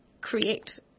create